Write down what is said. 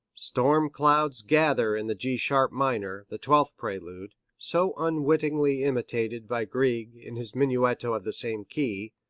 storm clouds gather in the g sharp minor, the twelfth prelude, so unwittingly imitated by grieg in his menuetto of the same key,